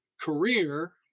career